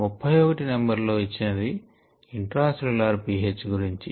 31 number లో ఇచ్చినవి intracellular pH గురించి